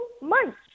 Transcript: months